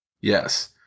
Yes